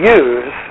use